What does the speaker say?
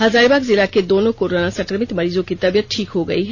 हजारीबाग जिला के दोनों कोरोना संक्रमित मरीजों की तबीयत ठीक हो गई है